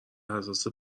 حساس